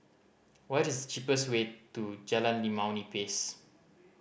what is the cheapest way to Jalan Limau Nipis